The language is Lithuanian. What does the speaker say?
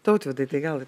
tautvydai tai gal